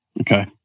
Okay